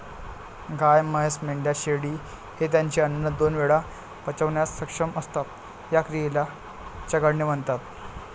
गाय, म्हैस, मेंढ्या, शेळी हे त्यांचे अन्न दोन वेळा पचवण्यास सक्षम असतात, या क्रियेला चघळणे म्हणतात